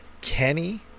Kenny